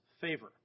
favor